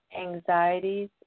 anxieties